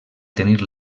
tenir